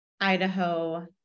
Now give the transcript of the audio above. Idaho